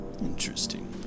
Interesting